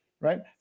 right